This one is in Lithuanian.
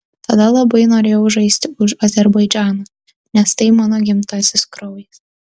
tada labai norėjau žaisti už azerbaidžaną nes tai mano gimtasis kraujas